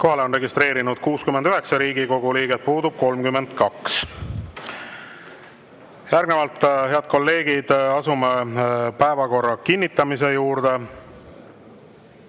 on end registreerinud 69 Riigikogu liiget, puudub 32.Järgnevalt, head kolleegid, asume päevakorra kinnitamise juurde.